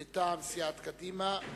מטעם סיעת קדימה,